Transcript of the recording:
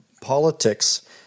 politics